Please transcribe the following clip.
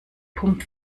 pump